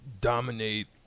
dominate